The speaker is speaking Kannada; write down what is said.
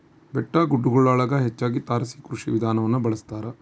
ಬೆಟ್ಟಗುಡ್ಡಗುಳಗ ಹೆಚ್ಚಾಗಿ ತಾರಸಿ ಕೃಷಿ ವಿಧಾನವನ್ನ ಬಳಸತಾರ